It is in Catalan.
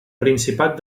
principat